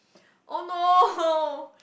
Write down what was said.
oh no